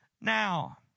now